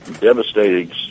devastating